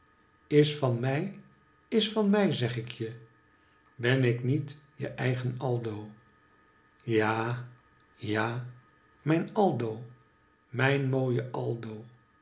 is van mij is van mij zeg ikje ben ik niet je eigen aldo ja ja mijn aldo mijn mooie aldo